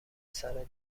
سردماغ